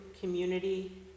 community